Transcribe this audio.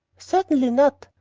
certainly not.